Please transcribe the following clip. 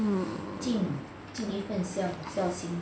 mm